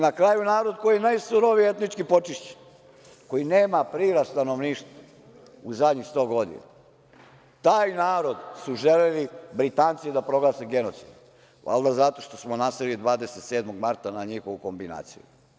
Na kraju narod koji je najsurovije etnički počišćen, koji nema prirast stanovništva u zadnjih 100 godina, taj narod su želeli Britanci da proglase genocidnim, valjda zato što smo naseli 27. marta na njihovu kombinaciju.